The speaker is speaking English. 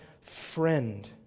friend